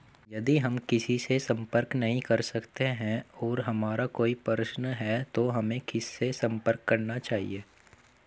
यदि हम किसी से संपर्क नहीं कर सकते हैं और हमारा कोई प्रश्न है तो हमें किससे संपर्क करना चाहिए?